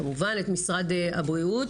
כמובן גם את משרד הבריאות.